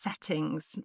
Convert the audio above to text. settings